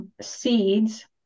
seeds